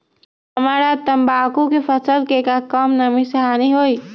हमरा तंबाकू के फसल के का कम नमी से हानि होई?